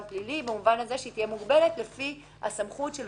את העניין של